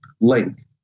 link